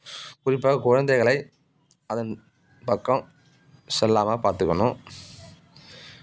குறிப்பாக குழந்தைகளை அதன் பக்கம் செல்லாமல் பார்த்துக்கணும்